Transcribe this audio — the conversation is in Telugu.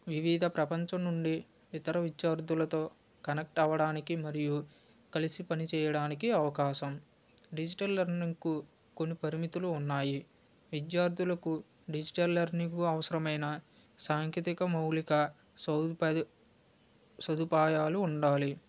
వివిధ ప్రపంచం నుండి ఇతర విద్యార్థులతో కనెక్ట్ అవ్వడానికి మరియు కలిసి పని చేయడానికి అవకాశం డిజిటల్ లెర్నింగ్కు కొన్ని పరిమితులు ఉన్నాయి విద్యార్థులకు డిజిటల్ లెర్నింగ్కు అవసరమైన సాంకేతికత మౌలిక సదుప సదుపాయాలు ఉండాలి